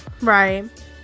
Right